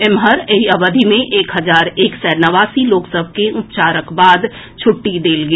एम्हर एहि अवधि मे एक हजार एक सय नवासी लोक सभ के उपचारक बाद छुट्टी देल गेल